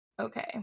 okay